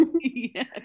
Yes